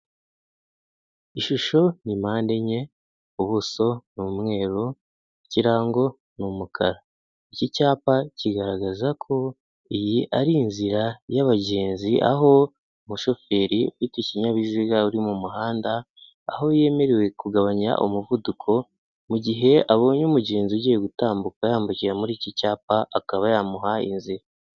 Ishusho ni mpande enye, ubuso ni umweru, ikirango ni umukara. Iki cyapa kigaragaza ko iyi ari inzira y'abagenzi, aho umushoferi ufite ikinyabiziga uri mu muhanda, aho yemerewe kugabanya umuvuduko mu gihe abonye umugenzi ugiye gutambuka yambukira muri iki cyapa, akaba yamuha inzira.